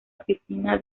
oficina